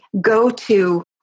go-to